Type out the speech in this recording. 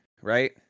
Right